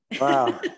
wow